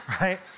Right